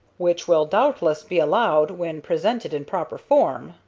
which will doubtless be allowed when presented in proper form,